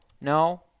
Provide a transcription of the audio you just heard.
No